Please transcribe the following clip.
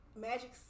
Magic